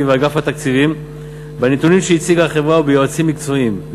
ואגף התקציבים בנתונים שהציגה החברה וביועצים מקצועיים,